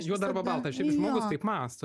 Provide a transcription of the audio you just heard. juoda arba balta šiaip žmogus taip mąsto